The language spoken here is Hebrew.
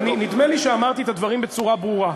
נדמה לי שאמרתי את הדברים בצורה ברורה: